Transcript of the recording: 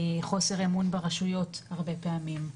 חוסר האמון ברשויות הרבה פעמים,